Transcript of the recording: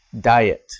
diet